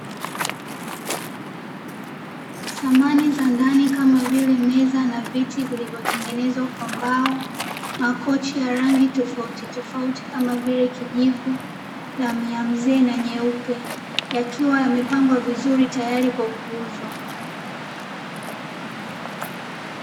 Samani za ndani kama vile: meza na viti vilivyotengenezwa kwa mbao; makochi ya rangi tofautitofauti kama vile: kijivu, damu ya mzee, na nyeupe; yakiwa yamepangwa vizuri tayari kwa kuuzwa.